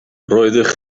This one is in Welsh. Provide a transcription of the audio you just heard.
roeddech